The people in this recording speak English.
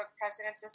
president